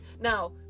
now